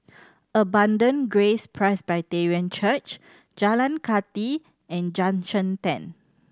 Abundant Grace Presbyterian Church Jalan Kathi and Junction Ten